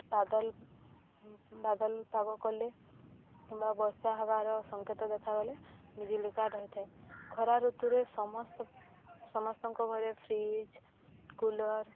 ବାଦଲ ବାଦଲ ପାଗ କଲେ କିମ୍ବା ବର୍ଷା ହେବାର ସଂକେତ ଦେଖାଗଲେ ବିଜୁଳି କାଟ ହୋଇଥାଏ ଖରା ଋତୁରେ ସମସ୍ତ ସମସ୍ତଙ୍କ ଘରେ ଫ୍ରିଜ୍ କୁଲର୍